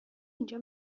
اینجا